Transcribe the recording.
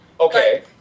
Okay